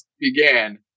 began